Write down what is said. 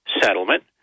settlement